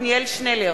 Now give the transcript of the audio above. עתניאל שנלר,